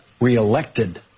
reelected